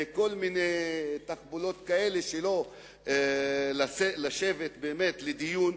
בכל מיני תחבולות כאלה שלא לשבת באמת לדיון.